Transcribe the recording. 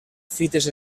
fites